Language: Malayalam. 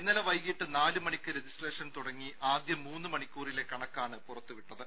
ഇന്നലെ വൈകീട്ട് നാല് മണിക്ക് രജിസ്ട്രേഷൻ തുടങ്ങി ആദ്യ മൂന്ന് മണിക്കൂറിലെ കണക്കാണ് പുറത്തുവിട്ടത്